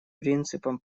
принципом